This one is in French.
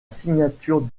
signature